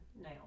now